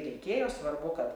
reikėjo svarbu kad